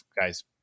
guys